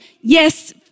yes